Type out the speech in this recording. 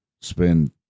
spend